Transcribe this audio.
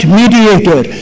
mediator